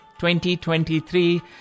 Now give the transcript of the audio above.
2023